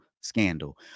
scandal